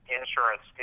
insurance